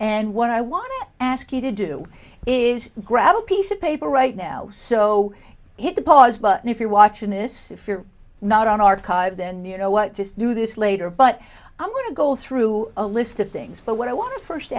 and what i want to ask you to do is grab a piece of paper right now so hit the pause button if you're watching this if you're not on archive then you know what to do this later but i want to go through a list of things but what i want to first